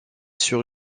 sur